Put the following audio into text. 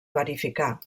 verificar